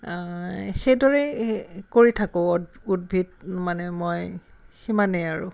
সেইদৰে কৰি থাকোঁ উদ্ভিদ মানে মই সিমানেই আৰু